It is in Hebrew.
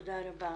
תודה רבה.